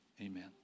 Amen